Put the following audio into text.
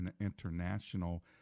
International